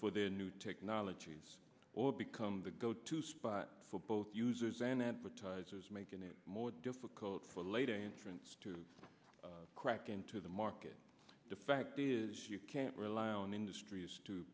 for their new technologies or become the go to spot for both users and advertisers making it more difficult for later entrants to crack into the market the fact is you can't rely on industries to